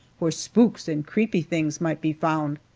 where spooks and creepy things might be found.